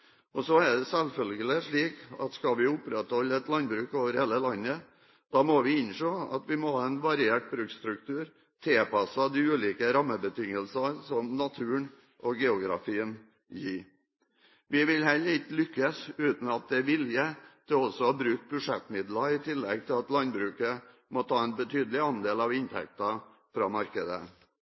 i. Så er det selvfølgelig slik at skal vi opprettholde et landbruk over hele landet, må vi innse at vi må ha en variert bruksstruktur, tilpasset de ulike rammebetingelsene som naturen og geografien gir. Vi vil heller ikke lykkes uten at det er vilje til også å bruke budsjettmidler, i tillegg til at landbruket må ta en betydelig andel av inntekten fra markedet.